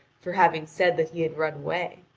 for having said that he had run away.